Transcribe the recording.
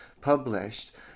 published